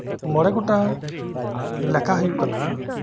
ᱢᱚᱲᱮ ᱠᱚᱴᱟᱝ ᱞᱮᱠᱷᱟ ᱦᱩᱭᱩᱜ ᱠᱟᱱᱟ